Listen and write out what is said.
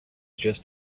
just